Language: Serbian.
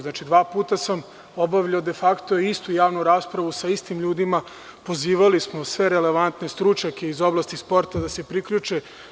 Znači, dva puta sam obavljao de fakto istu javnu raspravu sa istim ljudima, pozivali smo sve relevantne stručnjake iz oblasti sporta da se priključe.